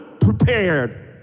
prepared